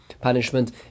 punishment